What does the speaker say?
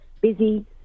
busy